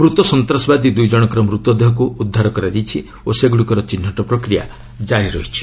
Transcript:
ମୃତ ସନ୍ତାସବାଦୀ ଦୁଇ ଜଣଙ୍କର ମୃତଦେହ ଉଦ୍ଧାର କରାଯାଇଛି ଓ ସେଗୁଡିକର ଚିହ୍ନଟ ପ୍ରକ୍ରିୟା ଜାରି ରହିଛି